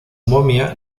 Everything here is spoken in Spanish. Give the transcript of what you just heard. momia